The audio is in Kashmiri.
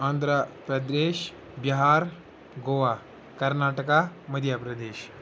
آنٛدھرٛا پرٛدیش بِہار گوا کَرناٹَکا مٔدھیہ پرٛدیش